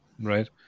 right